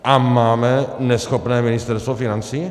A máme neschopné Ministerstvo financí?